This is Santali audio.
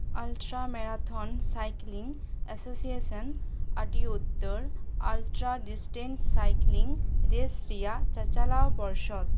ᱟᱞᱴᱨᱟ ᱢᱮᱨᱟᱛᱷᱚᱱ ᱥᱟᱭᱠᱞᱤᱝ ᱮᱥᱚᱥᱤᱭᱮᱥᱚᱱ ᱟᱹᱰᱤ ᱩᱛᱟᱹᱨ ᱟᱞᱴᱨᱟ ᱰᱤᱥᱴᱮᱱᱥ ᱥᱟᱭᱠᱞᱤᱝ ᱨᱮᱥ ᱨᱮᱭᱟᱜ ᱪᱟᱪᱟᱞᱟᱣ ᱯᱚᱨᱥᱚᱫ